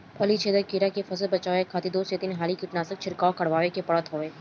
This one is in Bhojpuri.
फली छेदक कीड़ा से फसल के बचावे खातिर दू से तीन हाली कीटनाशक के छिड़काव करवावे के पड़त हवे